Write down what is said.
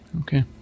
okay